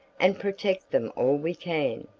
and protect them all we can.